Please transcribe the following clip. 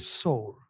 soul